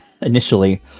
initially